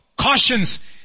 cautions